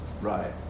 Right